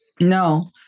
No